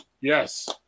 Yes